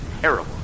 terrible